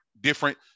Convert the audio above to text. different